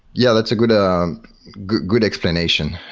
yeah, that's a good um good explanation.